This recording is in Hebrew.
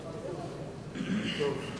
אורי